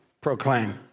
proclaim